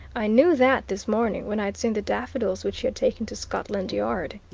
i knew that this morning when i'd seen the daffodils which you had taken to scotland yard.